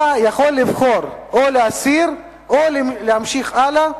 אתה יכול לבחור או להסיר או להמשיך הלאה.